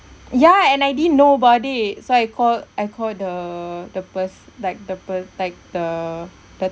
ya and I didn't know about it so I called I called the the per~ like the per~ like the per~